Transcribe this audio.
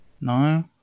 No